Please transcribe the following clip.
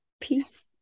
Peace